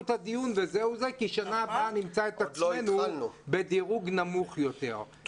את הדיון וזהו זה כי בשנה הבאה נמצא את עצמנו בדירוג נמוך יותר.